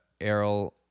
Errol